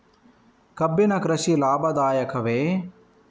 ಕಬ್ಬಿನ ಕೃಷಿ ಲಾಭದಾಯಕವೇ?